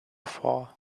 for